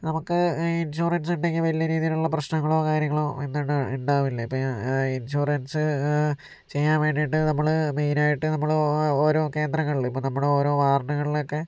നമുക്ക് ഇൻഷുറൻസ് ഉണ്ടെങ്കിൽ വലിയ രീതിയിലുള്ള പ്രശ്നങ്ങളോ കാര്യങ്ങളോ എന്താണ് ഉണ്ടാവില്ല ഇപ്പോൾ ഇൻഷുറൻസ് ചെയ്യാൻ വേണ്ടിയിട്ട് നമ്മൾ മെയിനായിട്ട് നമ്മൾ ഓരോ കേന്ദ്രങ്ങളിൽ ഇപ്പോൾ നമ്മുടെ ഓരോ വാർഡുകളിൽ ഒക്കെ